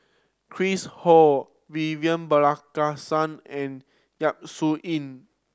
Chris Ho Vivian Balakrishnan and Yap Su Yin